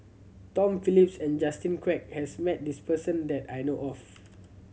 Tom Phillips and Justin Quek has met this person that I know of